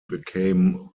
became